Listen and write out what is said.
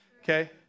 Okay